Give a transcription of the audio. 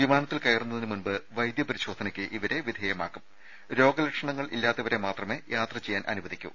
വിമാനത്തിൽ കയറുന്നതിന് മുൻപ് വൈദ്യ പരിശോധനയ്ക്ക് ഇവരെ വിധേയമാക്കും രോഗ ലക്ഷണങ്ങൾ ഇല്ലാത്തവരെ മാത്രമേ യാത്ര ചെയ്യാൻ അനുവദിക്കു